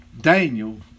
Daniel